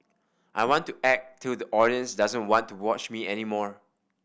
I want to act till the audience doesn't want to watch me any more